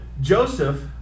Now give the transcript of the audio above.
Joseph